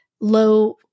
low